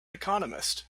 economist